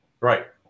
Right